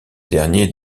dernier